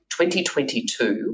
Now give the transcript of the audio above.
2022